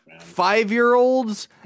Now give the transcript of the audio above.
Five-year-olds